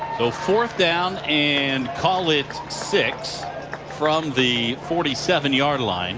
so fourth down and call it six from the forty seven yard line